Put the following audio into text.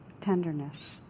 Tenderness